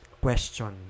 question